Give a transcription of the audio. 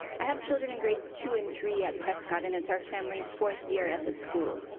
i have children in grades two and three at prescott. and it's our families fourth year at this school.